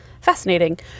Fascinating